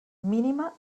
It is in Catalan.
mínima